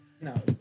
no